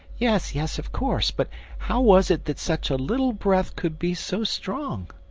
yes, yes of course. but how was it that such a little breath could be so strong?